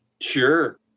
Sure